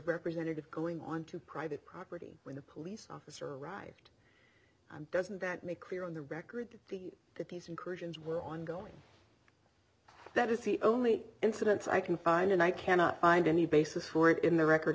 representative going onto private property when the police officer arrived doesn't that make clear on the record that these incursions were ongoing that is the only incidence i can find and i cannot find any basis for it in the record